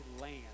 land